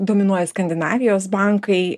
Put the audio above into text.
dominuoja skandinavijos bankai